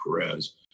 Perez